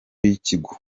y’ikigo